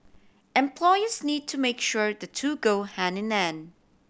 employers need to make sure the two go hand in hand